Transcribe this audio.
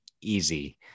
easy